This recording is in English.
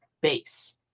base